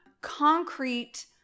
concrete